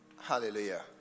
Hallelujah